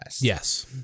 Yes